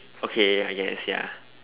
okay I guess ya